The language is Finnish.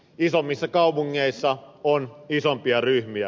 isommissa kaupungeissa on isompia ryhmiä